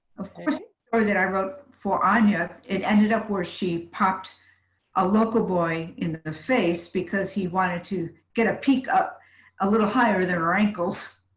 or that i wrote for anya, it ended up where she popped a local boy in the face because he wanted to get a peek up a little higher, their ankles.